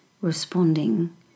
responding